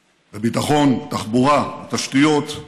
בביטחון, בתחבורה, בתשתיות,